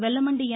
Vellamandi என்